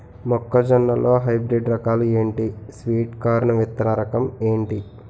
మొక్క జొన్న లో హైబ్రిడ్ రకాలు ఎంటి? స్వీట్ కార్న్ విత్తన రకం ఏంటి?